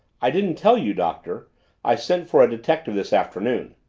i didn't tell you, doctor i sent for a detective this afternoon.